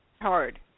hard